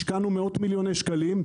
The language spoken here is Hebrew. השקענו מאות מיליוני שקלים.